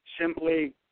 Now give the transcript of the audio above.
simply